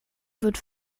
wird